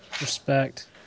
Respect